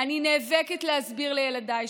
אני נאבקת להסביר לילדיי,